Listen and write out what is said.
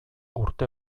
urte